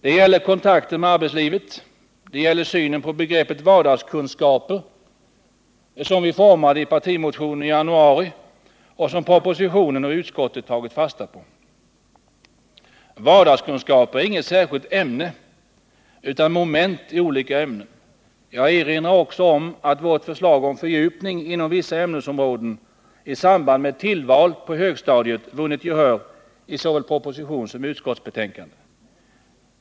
Det gäller kontakterna med arbetslivet och det gäller synen på begreppet vardagskunskaper, som vi formade i partimotionen i januari och som propositionen och utskottet tagit fasta på. Vardagskunskaper är inget särskilt ämne utan moment i olika ämnen. Jag erinrar också om att vårt förslag om fördjupning inom vissa ämnesområden i samband med tillval på högstadiet vunnit gehör i såväl proposition som utskottsbetänkande.